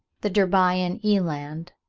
the derbyan eland,